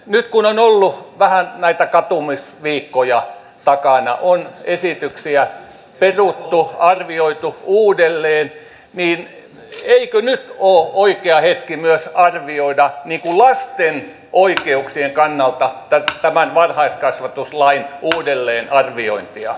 nyt kun on ollut vähän näitä katumisviikkoja takana on esityksiä peruttu arvioitu uudelleen niin eikö nyt ole oikea hetki myös tehdä lasten oikeuksien kannalta tämän varhaiskasvatuslain uudelleenarviointia